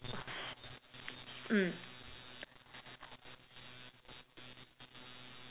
mm